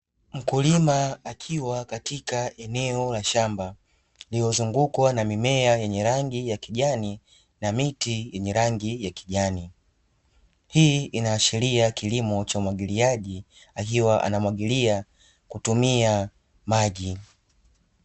Mkulima akiwa katika eneo la shamba lililozungukwa na mimea yenye rangi ya kijani na miti yenye rangi ya kijani, hii inaashiria kilimo cha umwagiliaji akiwa anamwagilia kutumia maji.